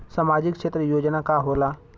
सामाजिक क्षेत्र योजना का होला?